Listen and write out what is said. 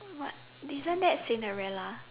what isn't that Cinderella